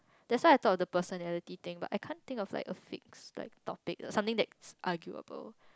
that's why I talk of the personality thing but I can't think of like a fixed topic or something that's arguable